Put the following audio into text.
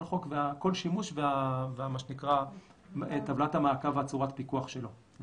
כל שימוש ומה שנקרא טבלת המעקב וצורת הפיקוח שלו.